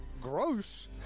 Gross